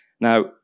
Now